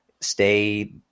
Stay